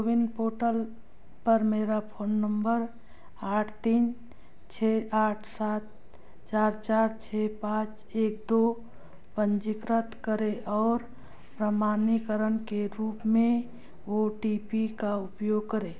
CoWIN portal पर मेरा phone number आठ तीन छः आठ सात चार चार छः पाँच एक दो पंजीकृत करें और प्रमाणीकरण के रूप में ओ टी पी का उपयोग करें